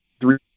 three